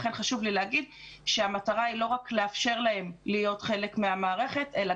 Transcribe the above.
לכן חשוב לי לומר שהמטרה היא לא רק לאפשר להם להיות חלק מהמערכת אלא